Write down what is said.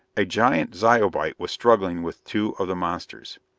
a giant zyobite was struggling with two of the monsters.